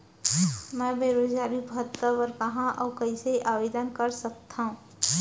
मैं बेरोजगारी भत्ता बर कहाँ अऊ कइसे आवेदन कर सकत हओं?